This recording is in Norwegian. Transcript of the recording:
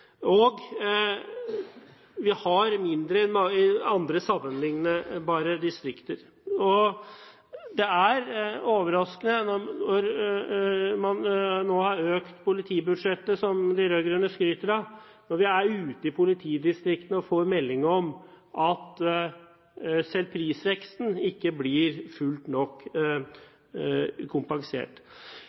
Vi har mindre enn andre sammenlignbare distrikter. Det er overraskende når man nå har økt politibudsjettet, som de rød-grønne skryter av, at vi ute i politidistriktene får melding om at selv prisveksten ikke blir fullt nok kompensert.